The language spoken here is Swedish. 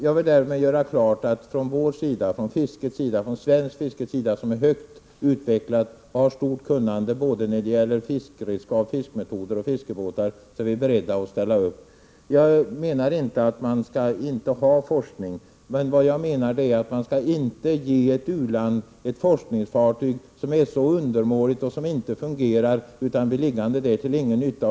Jag vill därmed göra klart att vi från den svenska fiskeorganisationens sida — som representerar ett högt utvecklat fiske, med stort kunnande både när det gäller fiskeredskap, fiskemetoder och fiskebåtar — är beredda att ställa upp. Jag menar inte att man inte skall ha forskning. Vad jag menar är att man inte skall ge ett u-land ett forskningsfartyg som är så undermåligt och som inte fungerar, utan det blir liggande där till ingen nytta.